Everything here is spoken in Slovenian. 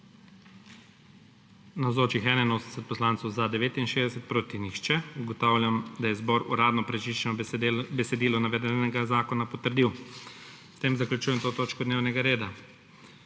nihče. (Za je glasovalo 69.) (Proti nihče.) Ugotavljam, da je zbor uradno prečiščeno besedilo navedenega zakona potrdil. S tem zaključujem to točko dnevnega reda.